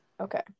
Okay